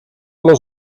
los